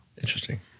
Interesting